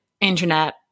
internet